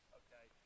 okay